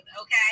okay